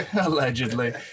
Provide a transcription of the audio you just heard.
allegedly